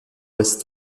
ouest